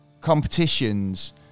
competitions